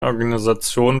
organisation